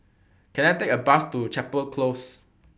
Can I Take A Bus to Chapel Close